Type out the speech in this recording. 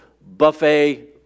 buffet